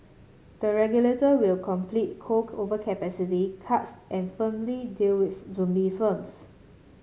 the regulator will complete coal overcapacity cuts and firmly deal with zombie firms